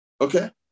Okay